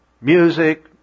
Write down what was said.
music